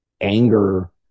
anger